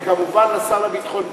וכמובן לשר לביטחון הפנים,